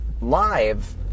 live